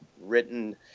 written